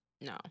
No